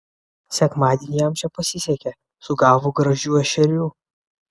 sekmadienį jam čia pasisekė sugavo gražių ešerių